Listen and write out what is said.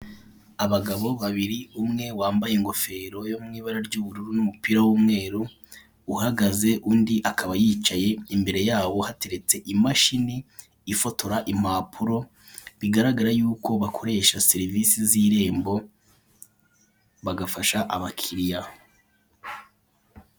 Abagabo babiri; umwe wambaye ingofero yo mu ibara ry'ubururu n'umupira w'umweru, uhagaze, undi akaba yicaye, imbere yabo hateretse imashini ifotora impapuro, bigaragara yuko bakoresha serivisi z'irembo, bagafasha abakiriya.